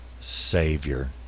Savior